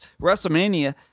WrestleMania